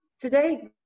today